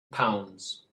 pounds